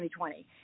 2020